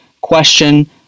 question